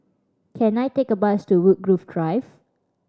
can I take a bus to Woodgrove Drive